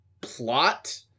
plot